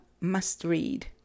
must-read